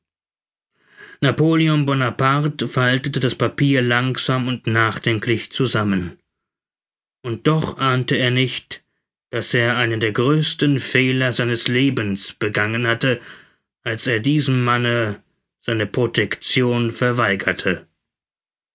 napoleon bonaparte faltete das papier langsam und nachdenklich zusammen und doch ahnte er nicht daß er einen der größten fehler seines lebens begangen hatte als er diesem manne seine protection verweigerte